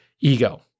ego